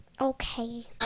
Okay